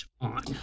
on